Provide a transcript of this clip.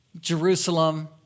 Jerusalem